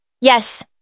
Yes